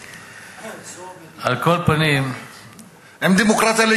זו מדינה דמוקרטית,